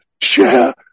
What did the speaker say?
share